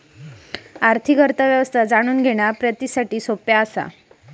आर्थिक अर्थ व्यवस्था जाणून घेणा प्रितीसाठी सोप्या हा